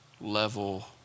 level